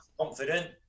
confident